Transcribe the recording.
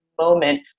moment